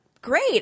great